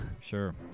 Sure